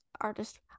artist